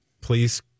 Please